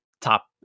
top